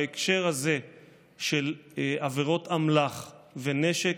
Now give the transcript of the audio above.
בהקשר הזה של עבירות אמל"ח ונשק,